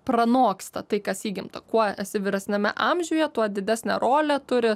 pranoksta tai kas įgimta kuo esi vyresniame amžiuje tuo didesnę rolę turi